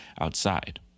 outside